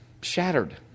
shattered